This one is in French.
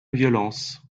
violence